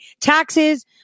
Taxes